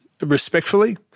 respectfully